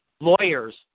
Lawyers